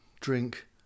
drink